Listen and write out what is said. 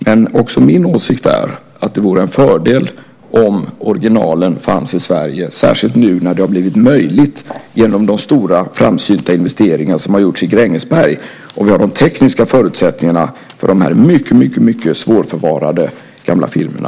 Men också min åsikt är att det vore en fördel om originalen fanns i Sverige, särskilt nu när det har blivit möjligt genom de stora framsynta investeringar som har gjorts i Grängesberg och vi har de tekniska förutsättningarna för de här mycket svårförvarade gamla filmerna.